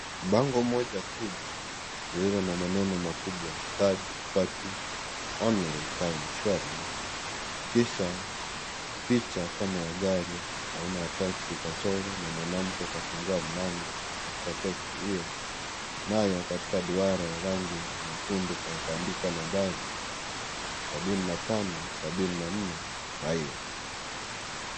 Bango moja kubwa lililo na maneno makubwa (CS)third party only car insurance(CS )kisha picha kama ya gari aina ya taxi imechorwa na mwanamke kafungua mlango katika teksi hiyo nayo katika duara rangi nyekundu ulioandikwa nambari 7574.